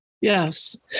Yes